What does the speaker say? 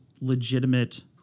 legitimate